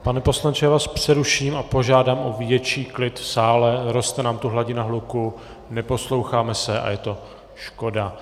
Pane poslanče, já vás přeruším a požádám o větší klid v sále, roste nám tu hladina hluku, neposloucháme se a je to škoda.